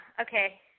Okay